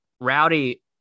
rowdy